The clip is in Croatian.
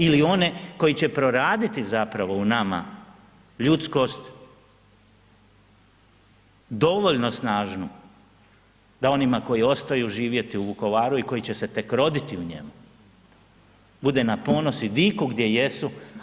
Ili one koji će proraditi zapravo u nama, ljudskost, dovoljno snažnu da onima koji ostaju živjeti u Vukovaru i koji će se tek roditi u njemu bude na ponos i diku gdje jesu.